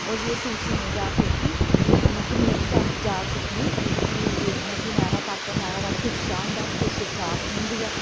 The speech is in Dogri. होर जिल्लै सूट सीने दी जाच सिक्खगी मतलब कि नेह् डिजाइन दी जाच सिक्खनी कि जि'यां कि नाइरा कट नाइरा कट तिरछा होंदा ऐ तिरछे फ्राक बनदी ऐ